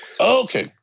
Okay